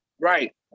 Right